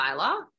Tyler